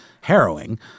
harrowing